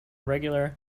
regular